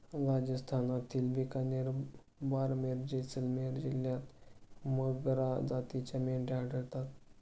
राजस्थानातील बिकानेर, बारमेर, जैसलमेर जिल्ह्यांत मगरा जातीच्या मेंढ्या आढळतात